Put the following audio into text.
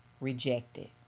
rejected